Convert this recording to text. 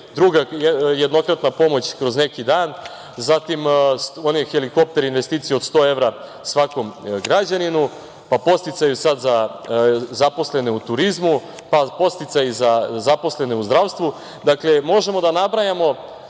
druga jednokratna pomoć kroz neki dan, zatim onaj helikopter investicija od 100 evra svakom građaninu, pa podsticaj sad zaposlene u turizmu, pa podsticaj za zaposlene u zdravstvu. Dakle, možemo da nabrajamo